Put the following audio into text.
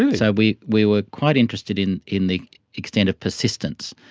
and so we we were quite interested in in the extent of persistence,